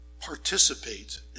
Participate